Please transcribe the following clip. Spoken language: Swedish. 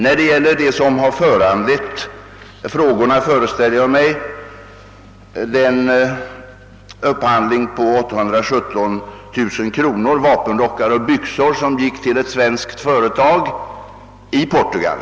Det som föranlett de nu aktuella enkla frågorna är, föreställer jag mig, den upphandling på 817 000 kronor, avseende vapenrockar och byxor, som gick till ett svenskt företag i Portugal.